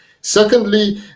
Secondly